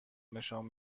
نشان